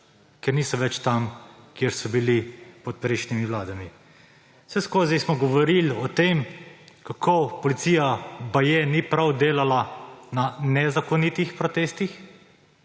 ker niso več tam, kjer so bili pod prejšnjimi vladami. Vseskozi smo govorili o tem, kako policija baje ni prav delala na nezakonitih protestih